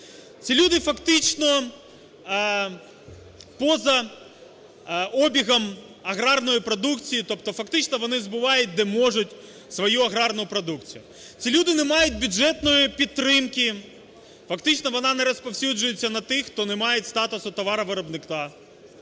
Ці люди фактично поза обігом аграрної продукції, тобто фактично вони збувають, де можуть, свою аграрну продукцію. Ці люди не мають бюджетної підтримки, фактично вона не розповсюджується на тих, хто не має статусу товаровиробника.